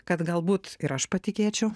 kad galbūt ir aš patikėčiau